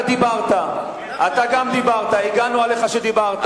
גם אתה דיברת והגנו עליך כשדיברת.